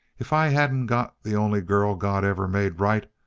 if i hadn't got the only girl god ever made right,